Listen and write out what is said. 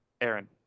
aaron